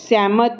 ਸਹਿਮਤ